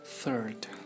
Third